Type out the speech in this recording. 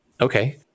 Okay